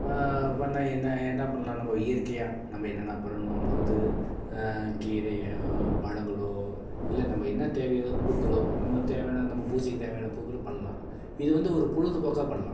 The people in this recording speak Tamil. ப பண்ணால் என்ன என்ன பண்ணலாம் நம்ம இயற்கையாக நம்ம என்னன்ன பண்ணணும் நம்ம வந்து கீரையோ பழங்களோ இல்லை நம்ம என்ன தேவையோ பூக்களோ நமக்கு தேவையான நம்ம பூஜைக்கு தேவையான பூக்களை பண்ணலாம் இதை வந்து ஒரு பொழுதுபோக்காக பண்ணலாம்